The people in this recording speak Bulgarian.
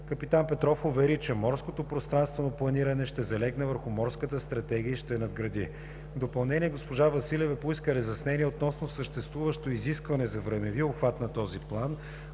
Капитан Петров увери, че морското пространствено планиране ще залегне върху Морската стратегия и ще я надгради. В допълнение госпожа Василева поиска разяснение относно съществуващо изискване за времеви обхват на този план,